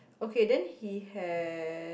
okay then he has